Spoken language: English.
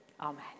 Amen